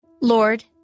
Lord